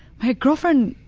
my girlfriend'